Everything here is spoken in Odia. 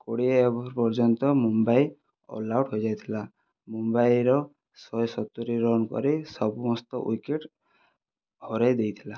କୋଡ଼ିଏ ଓଭର ପର୍ଯ୍ୟନ୍ତ ମୁମ୍ବାଇ ଅଲଆଉଟ ହୋଇଯାଇଥିଲା ମୁମ୍ବାଇର ଶହେ ସତୁରି ରନ ପରେ ସମସ୍ତ ଉଇକେଟ ହରାଇ ଦେଇଥିଲା